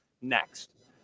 next